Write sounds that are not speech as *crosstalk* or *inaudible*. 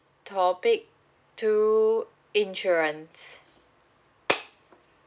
topic two insurance okay *noise*